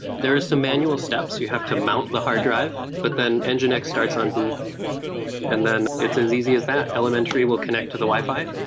there are some manual steps you have to mount the hard drive, but then and nginx starts on boot and then it's as easy as that. elementary will connect to the wi-fi,